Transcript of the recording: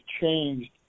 changed